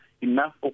enough